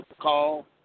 call